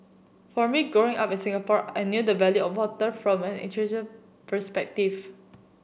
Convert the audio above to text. for me Growing Up in Singapore I knew the value of water from an perspective